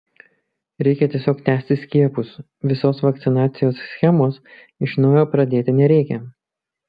reikia tiesiog tęsti skiepus visos vakcinacijos schemos iš naujo pradėti nereikia